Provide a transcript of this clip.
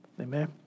Amen